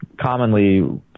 commonly